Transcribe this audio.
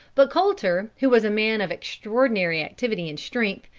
but colter, who was a man of extraordinary activity and strength,